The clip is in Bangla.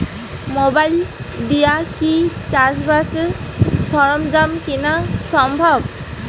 মোবাইল দিয়া কি চাষবাসের সরঞ্জাম কিনা সম্ভব?